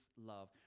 love